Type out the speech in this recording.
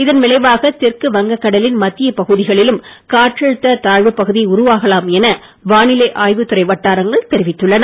இதன் விளைவாக தெற்கு வங்ககடலின் மத்திய பகுதிகளிலும் காற்றழுத்த தாழ்வுப் பகுதி உருவாகலாம் என வானிலை ஆய்வுத் துறை வட்டாரங்கள் தெரிவித்துள்ளன